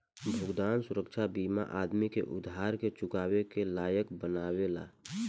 भुगतान सुरक्षा बीमा आदमी के उधार के चुकावे के लायक बनावेला